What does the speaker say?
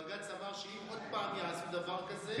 בג"ץ אמר שאם עוד פעם יעשו דבר כזה,